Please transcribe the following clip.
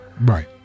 Right